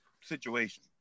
situation